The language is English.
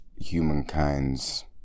humankind's